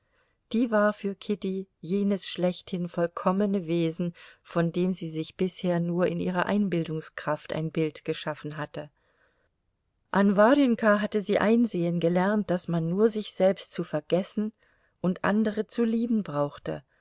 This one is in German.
die war für kitty jenes schlechthin vollkommene wesen von dem sie sich bisher nur in ihrer einbildungskraft ein bild geschaffen hatte an warjenka hatte sie einsehen gelernt daß man nur sich selbst zu vergessen und andere zu lieben brauche